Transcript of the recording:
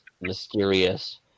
mysterious